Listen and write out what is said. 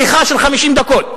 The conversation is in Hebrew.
שיחה של 50 דקות.